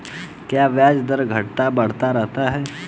क्या ब्याज दर घटता बढ़ता रहता है?